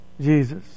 Jesus